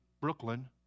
Brooklyn